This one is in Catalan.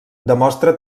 demostra